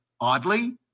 Oddly